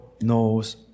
knows